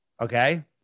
Okay